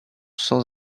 sans